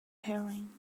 hearing